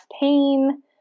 pain